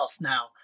now